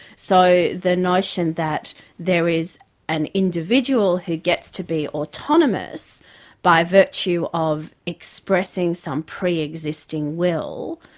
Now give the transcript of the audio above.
so the notion that there is an individual who gets to be autonomous by virtue of expressing some pre-existing will,